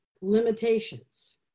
limitations